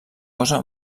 cosa